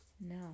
No